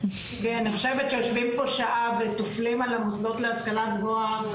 כי אני חושבת שיושבים וטופלים על מוסדות להשכלה הגבוהה האשמות שווא.